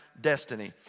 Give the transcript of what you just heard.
destiny